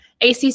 ACC